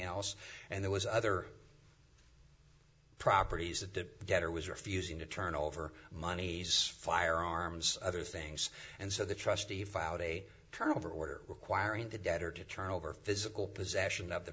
else and there was other properties that the debtor was refusing to turn over monies firearms other things and so the trustee filed a turnover order requiring the debtor to turn over physical possession of the